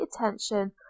attention